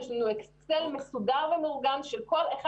יש לנו אקסל מסודר ומאורגן של כל אחד